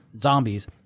zombies